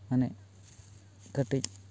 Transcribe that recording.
ᱢᱟᱱᱮ ᱠᱟᱹᱴᱤᱡ